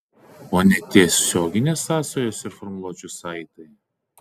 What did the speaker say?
o netiesioginės sąsajos ir formuluočių saitai